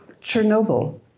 Chernobyl